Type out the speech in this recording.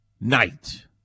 night